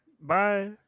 Bye